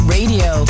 Radio